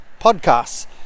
podcasts